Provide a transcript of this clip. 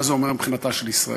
מה זה אומר מבחינתה של ישראל.